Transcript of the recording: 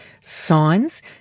signs